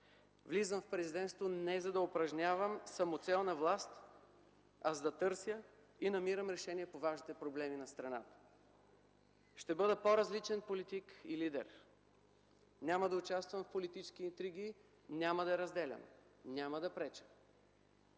Влизам в президентството не за да упражнявам самоцелна власт, а за да търся и намирам решения по важните проблеми на страната. Ще бъда по-различен политик и лидер. Няма да участвам в политически интриги, няма да разделям, няма да преча!